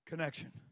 Connection